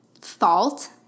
fault